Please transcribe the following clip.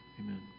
amen